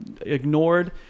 ignored